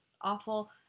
awful